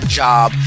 job